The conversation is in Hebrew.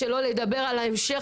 המשך